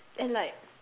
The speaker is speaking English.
and like